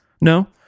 No